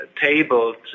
tabled